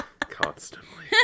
constantly